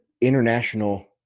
international